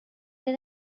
did